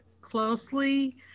closely